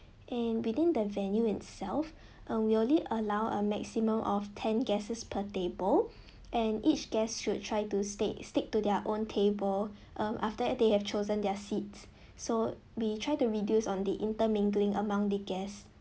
and within the venue itself uh we only allow a maximum of ten guests per table and each guest should try to stay stick to their own table um after they have chosen their seats so we try to reduce on the intermingling among the guests